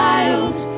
Wild